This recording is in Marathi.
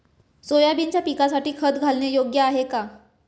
सोयाबीनच्या पिकासाठी खत घालणे योग्य आहे का?